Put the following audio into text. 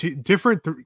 different